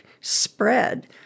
spread